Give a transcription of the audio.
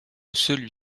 celui